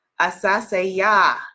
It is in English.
Asaseya